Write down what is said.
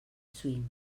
swing